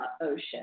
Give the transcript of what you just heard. ocean